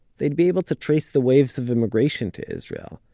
they'd be able to trace the waves of immigration to israel.